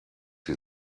sie